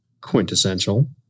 Quintessential